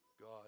God